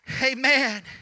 Amen